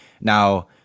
Now